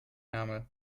ärmel